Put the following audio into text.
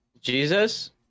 Jesus